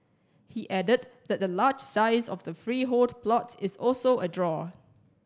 he added that the large size of the freehold plot is also a draw